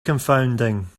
confounding